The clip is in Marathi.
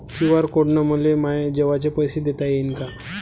क्यू.आर कोड न मले माये जेवाचे पैसे देता येईन का?